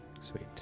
Sweet